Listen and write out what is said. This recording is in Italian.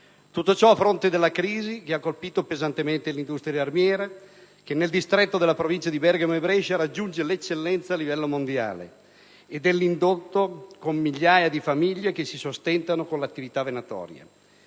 Tutto ciò a fronte della crisi che ha colpito pesantemente l'industria armiera, che nel distretto delle province di Bergamo e Brescia raggiunge l'eccellenza a livello mondiale, e l'indotto, con migliaia di famiglie che si sostentano con l'attività venatoria.